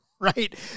Right